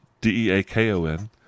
D-E-A-K-O-N